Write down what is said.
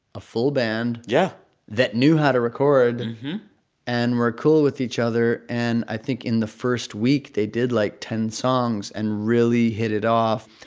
a full band yeah that knew how to record and were cool with each other. and i think in the first week, they did like ten songs and really hit it off.